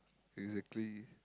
exactly